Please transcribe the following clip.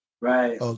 Right